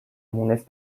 مونس